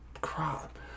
crop